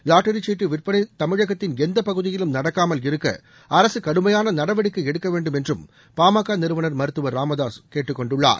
lottery சீட்டு விற்பனை தமிழகத்தின் எந்தப்பகுதியிலும் நடக்காமல் இருக்க அரசு கடுமையான நடவடிக்கை எடுக்க வேண்டும் என்றும் பாமக நிறுவனர் மருத்துவர் ராமதாசு கேட்டுக் கொண்டுள்ளார்